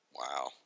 Wow